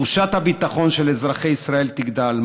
תחושת הביטחון של אזרחי ישראל תגדל,